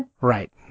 Right